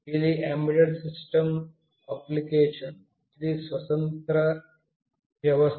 ఇది embedded system application ఇది స్వతంత్ర వ్యవస్థ